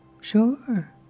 Sure